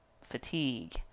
fatigue